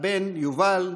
הבן יובל,